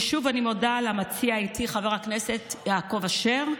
ושוב אני מודה למציע איתי, חבר הכנסת יעקב אשר.